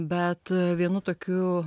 bet vienu tokiu